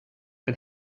and